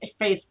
Facebook